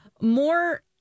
more